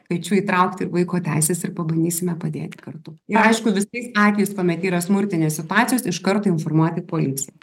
kviečiu įtraukti ir vaiko teises ir pabandysime padėti kartu ir aišku visais atvejais kuomet yra smurtinės situacijos iš karto informuoti policiją